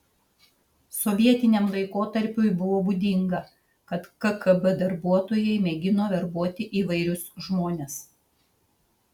sovietiniam laikotarpiui buvo būdinga kad kgb darbuotojai mėgino verbuoti įvairius žmones